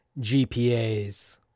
GPAs